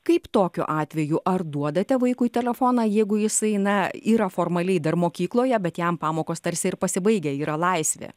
kaip tokiu atveju ar duodate vaikui telefoną jeigu jisai na yra formaliai dar mokykloje bet jam pamokos tarsi ir pasibaigę yra laisvė